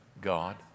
God